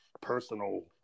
personal